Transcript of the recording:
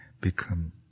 Become